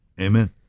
Amen